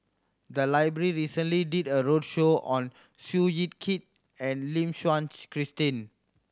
the library recently did a roadshow on Seow Yit Kin and Lim Christine